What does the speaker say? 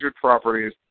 properties